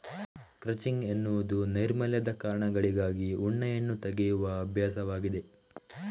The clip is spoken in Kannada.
ಕ್ರಚಿಂಗ್ ಎನ್ನುವುದು ನೈರ್ಮಲ್ಯದ ಕಾರಣಗಳಿಗಾಗಿ ಉಣ್ಣೆಯನ್ನು ತೆಗೆಯುವ ಅಭ್ಯಾಸವಾಗಿದೆ